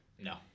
no